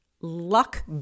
luck